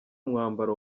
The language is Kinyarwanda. umwambaro